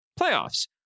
playoffs